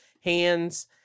hands